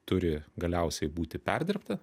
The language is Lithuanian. turi galiausiai būti perdirbta